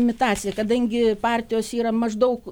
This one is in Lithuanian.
imitacija kadangi partijos yra maždaug